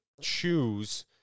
choose